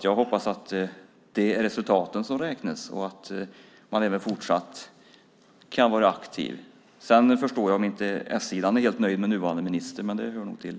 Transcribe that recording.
Jag hoppas att det är resultaten som räknas och att man även fortsatt kan vara aktiv. Sedan förstår jag om inte s-sidan är helt nöjd med nuvarande minister, men det hör väl till.